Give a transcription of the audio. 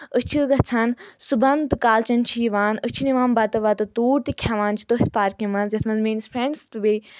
أسۍ چھِ گژھان صبُحن تہٕ کالچَن چھِ یِوان أسۍ چھِ نِوان بَتہٕ وَتہٕ توٗڑ تہِ کھؠوان چھِ تٔتھۍ پارکہِ منٛز یَتھ منٛز میٲنِس فرٛؠنٛڈٕس تہٕ بیٚیہِ